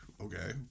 okay